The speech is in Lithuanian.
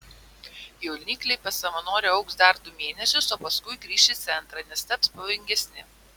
jaunikliai pas savanorę augs dar du mėnesius o paskui grįš į centrą nes taps pavojingesni